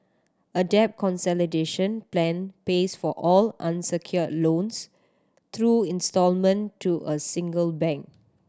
a debt consolidation plan pays for all unsecured loans through instalment to a single bank